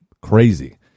crazy